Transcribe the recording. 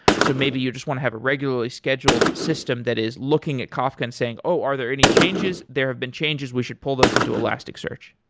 so maybe you just want to have a regularly scheduled system that is looking at kafka and saying, oh are there any changes? there have been changes, we should pull those into elastic search.